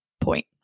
point